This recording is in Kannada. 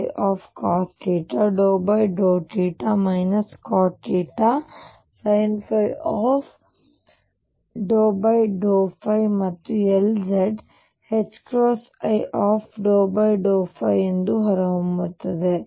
Ly icosθ∂θ cotθsinϕ∂ϕ ಮತ್ತು Lz i∂ϕಎಂದು ಹೊರಹೊಮ್ಮುತ್ತದೆ